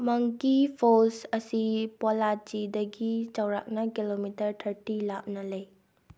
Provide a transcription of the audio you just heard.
ꯃꯣꯡꯀꯤ falls ꯑꯁꯤ ꯄꯣꯜꯂꯥꯆꯤꯗꯒꯤ ꯆꯥꯎꯔꯥꯛꯄ ꯀꯤꯂꯣꯃꯤꯇꯔ ꯊꯥꯔꯇꯤ ꯂꯥꯞꯅ ꯂꯩ